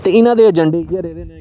ते इना दे अजैंडे इयै रेह्दे न कि